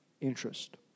interest